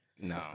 no